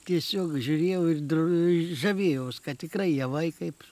tiesiog žiūrėjau ir žavėjaus kad tikrai javai kaip